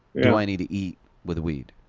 do i need to eat with weed.